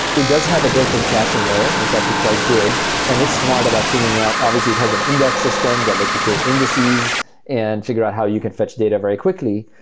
it does have a built-in caching layer and actually quite good and it's smart about figuring out. obviously, it has an index system that lets you create indices and figure out how you can fetch data very quickly.